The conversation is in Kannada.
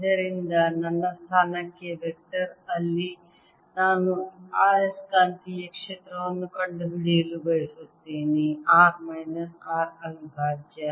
ಇದರಿಂದ ನನ್ನ ಸ್ಥಾನಕ್ಕೆ ವೆಕ್ಟರ್ ಅಲ್ಲಿ ನಾನು ಆಯಸ್ಕಾಂತೀಯ ಕ್ಷೇತ್ರವನ್ನು ಕಂಡುಹಿಡಿಯಲು ಬಯಸುತ್ತೇನೆ r ಮೈನಸ್ r ಅವಿಭಾಜ್ಯ